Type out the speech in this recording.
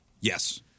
Yes